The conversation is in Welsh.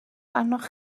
arnoch